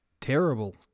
terrible